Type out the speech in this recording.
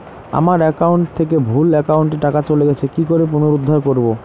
আমার একাউন্ট থেকে ভুল একাউন্টে টাকা চলে গেছে কি করে পুনরুদ্ধার করবো?